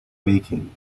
baking